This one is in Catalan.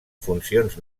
funcions